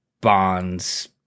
bonds